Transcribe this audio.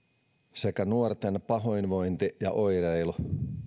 sekä nuorten pahoinvointi ja oireilu